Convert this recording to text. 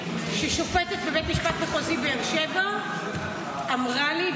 ששופטת בבית המשפט המחוזי באר שבע אמרה לי,